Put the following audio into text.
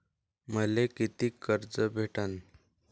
मले कितीक कर्ज भेटन?